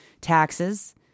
taxes